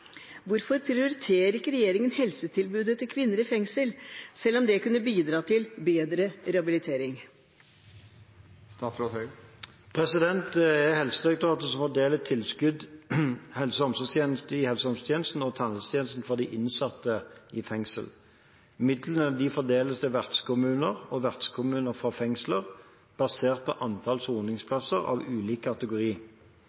Hvorfor prioriterer ikke regjeringen helsetilbudet til kvinner i fengsel, selv om det vil kunne bidra til bedre rehabilitering?» Det er Helsedirektoratet som fordeler tilskudd innenfor helse- og omsorgstjenester og tannhelsetjenester for innsatte i fengsel. Midlene fordeles til vertskommuner og vertsfylkeskommuner for fengsler, basert på antall